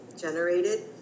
generated